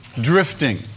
drifting